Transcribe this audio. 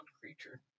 creature